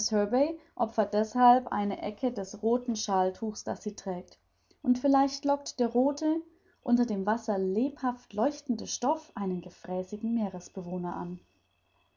opfert deshalb eine ecke des rothen shawltuches das sie trägt und vielleicht lockt der rothe unter dem wasser lebhaft leuchtende stoff einen gefräßigen meeresbewohner an